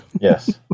Yes